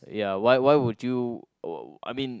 ya why why would you I mean